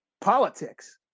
politics